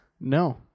No